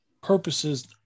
purposes